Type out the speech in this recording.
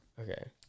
Okay